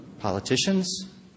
politicians